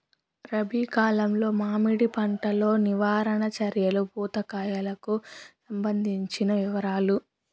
రబి కాలంలో మామిడి పంట లో నివారణ చర్యలు పూత కాయలకు సంబంధించిన వివరాలు?